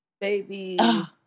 Baby